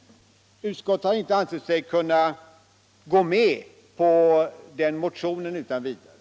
Utskottet har inte ansett sig kunna biträda den motionen utan vidare.